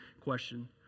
question